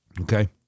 Okay